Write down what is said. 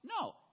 No